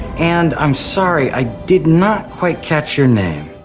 and i'm sorry, i did not quite catch your name.